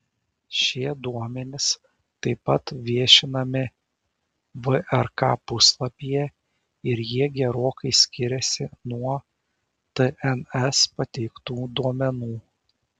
šie duomenys taip pat viešinami vrk puslapyje ir jie gerokai skiriasi nuo tns pateiktų duomenų